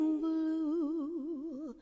blue